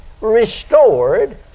restored